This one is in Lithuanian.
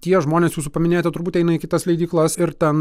tie žmonės jūsų paminėti turbūt eina į kitas leidyklas ir ten